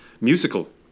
musical